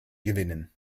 gewinnen